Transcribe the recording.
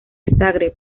zagreb